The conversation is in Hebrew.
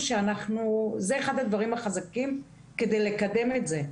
זה אחד הדברים החזקים כדי לקדם את זה,